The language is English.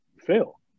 fail